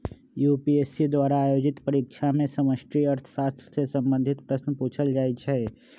UPSC द्वारा आयोजित परीक्षा में समष्टि अर्थशास्त्र से संबंधित प्रश्न पूछल जाइ छै